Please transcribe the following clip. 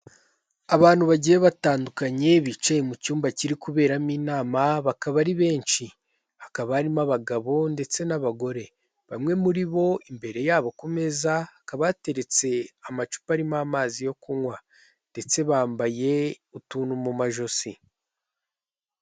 Abantu bagiye batandukanye bicaye mu cyumba kiri kuberamo inama bakaba ari benshi, hakaba harimo abagabo ndetse n'abagore, bamwe muri bo imbere yabo ku meza hakaba hateretse amacupa arimo amazi yo kunywa ndetse bambaye utuntu mu majosi.